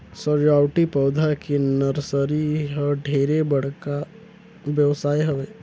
सजावटी पउधा के नरसरी ह ढेरे बड़का बेवसाय हवे